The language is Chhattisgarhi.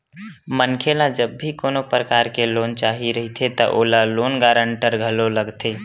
मनखे ल जब भी कोनो परकार के लोन चाही रहिथे त ओला लोन गांरटर घलो लगथे